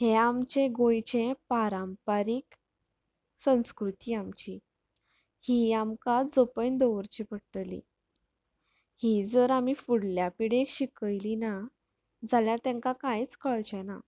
हें आमचें गोंयचें पारंपारीक संस्कृती आमची ही आमकां जपून दवरची पडटली ही जर आमी फुडल्या पिडेक शिकयली ना जाल्यार तेंकां कांयच कळचें ना